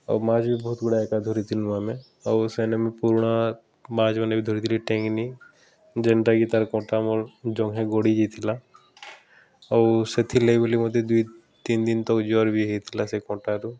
ଆଉ ମାଛ୍ ବି ବହୁତ୍ଗୁଡ଼ାଏ ଏକା ଧରିଥିଲୁ ଆମେ ଆଉ ସେନେ ପୁରୁଣା ମାଛ୍ମାନେ ବି ଧରିଥିଲି ଟେଙ୍ଗ୍ନି ଯେନ୍ଟାକି ତାର୍ କଣ୍ଟା ମୋ ଜଙ୍ଗେ ଗଡ଼ିଯାଇଥିଲା ଆଉ ସେଥିର୍ଲାଗି ବୋଲି ମତେ ଦୁଇ ତିନ୍ ଦିନ୍ ତ ଜର୍ ବି ହେଇଥିଲା ସେ କଣ୍ଟାରୁ